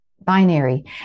binary